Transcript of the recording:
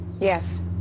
Yes